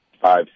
five